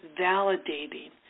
validating